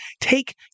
take